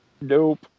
Nope